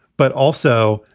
but also,